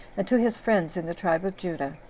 and to his friends in the tribe of judah.